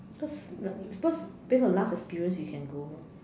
cause like cause based on last experience you can go mah